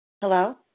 Hello